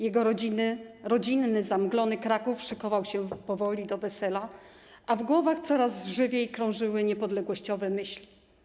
Jego rodzinny zamglony Kraków szykował się powoli do „Wesela”, a w głowach coraz żywiej krążyły niepodległościowe myśli.